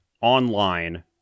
online